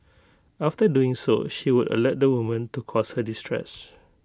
after doing so she would alert the woman to cause her distress